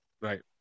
Right